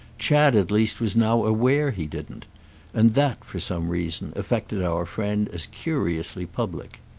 chad at least was now aware he didn't and that, for some reason, affected our friend as curiously public.